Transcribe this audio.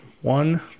one